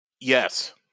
Yes